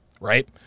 right